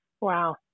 Wow